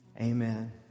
amen